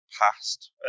past